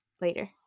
later